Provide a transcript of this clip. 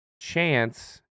chance